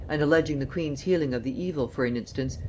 and alleging the queen's healing of the evil for an instance,